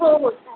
हो हो चालेल